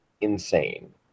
insane